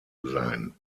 sein